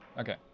Okay